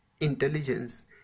intelligence